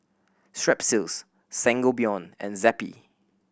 Strepsils Sangobion and Zappy